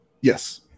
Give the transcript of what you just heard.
yes